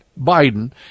Biden